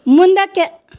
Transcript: ಮುಂದಕ್ಕೆ